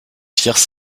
firent